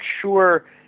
sure